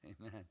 amen